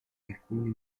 alcuni